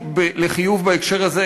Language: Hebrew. בהקשר הזה,